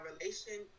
Relation